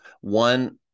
one